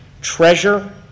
Treasure